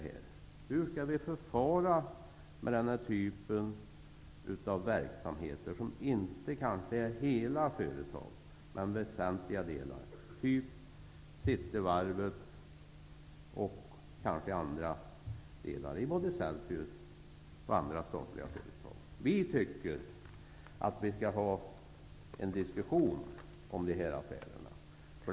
Hur skall vi förfara med den här typen av verksamheter, som kanske inte utgör hela företag men väsentliga delar, såsom Cityvarvet och delar i både Celcius och andra statliga företag? Vi tycker att vi skall ha en diskussion om de här affärerna.